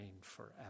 forever